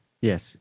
Yes